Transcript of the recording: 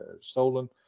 stolen